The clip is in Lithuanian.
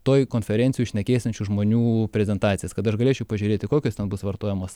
toj konferencijoj šnekėsiančių žmonių prezentacijas kad aš galėčiau pažiūrėti kokios ten bus vartojamos